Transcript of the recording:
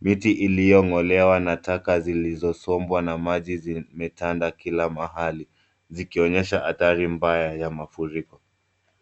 Miti iliyo ng'olewa na taka zilizo sombwa na maji zimetanda kila mahali zikionyesha athari za mafuriko.